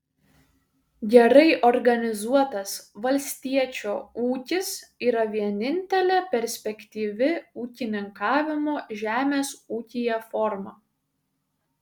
gerai organizuotas valstiečio ūkis yra vienintelė perspektyvi ūkininkavimo žemės ūkyje forma